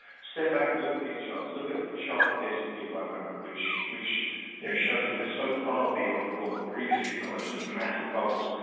step back and look at these charts, look at a chart of the s and p five hundred, which which you know shows that we're so far beyond what were previously acknowledged as massive bubbles.